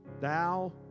thou